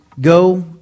Go